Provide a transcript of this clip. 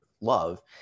love